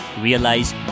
realize